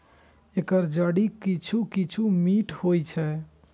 एकर जड़ि किछु किछु मीठ होइ छै